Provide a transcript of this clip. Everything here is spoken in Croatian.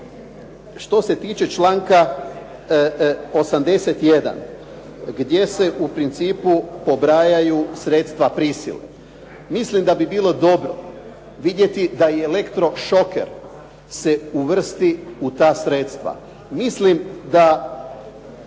što se tiče članka 81., gdje se u principu pobrajaju sredstva prisile. Mislim da bi bilo dobro vidjeti da i elektrošoker se uvrsti u ta sredstva. Mislim da